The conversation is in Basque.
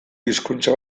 hizkuntza